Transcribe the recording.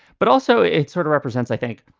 but also, it sort of represents, i think,